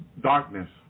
Darkness